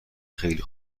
خیلی